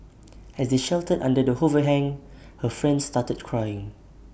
as they sheltered under the overhang her friend started crying